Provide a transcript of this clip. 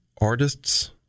artists